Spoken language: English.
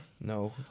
No